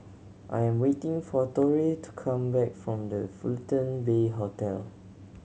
I am waiting for Torie to come back from The Fullerton Bay Hotel